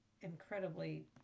incredibly